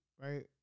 right